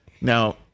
now